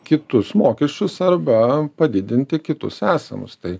kitus mokesčius arba padidinti kitus esamus tai